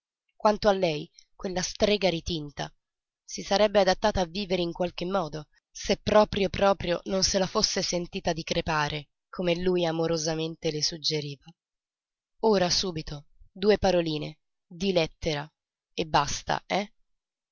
quanto a lei quella strega ritinta si sarebbe adattata a vivere in qualche modo se proprio proprio non se la fosse sentita di crepare come lui amorosamente le suggeriva ora subito due paroline di lettera e basta eh